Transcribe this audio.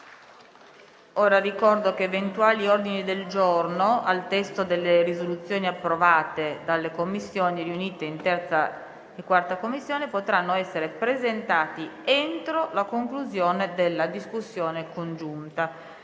Ricordo che eventuali ordini del giorno al testo delle risoluzioni approvate dalle Commissioni riunite 3a e 4a potranno essere presentati entro la conclusione della discussione congiunta.